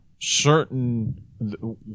certain